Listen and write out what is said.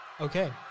Okay